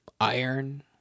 Iron